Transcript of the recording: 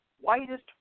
whitest